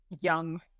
young